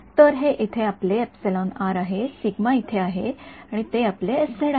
तर हे येथे आपले आहे 𝜎 इथे आहे आणि ते आपले आहे